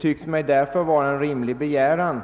Det synes mig därför vara en rimlig begäran